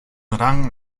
rang